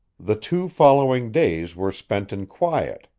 the two following days were spent in quiet,